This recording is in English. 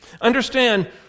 Understand